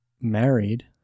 married